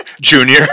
Junior